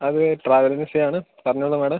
അതെ travel agency ആണ് പറഞ്ഞോളൂ മാഡം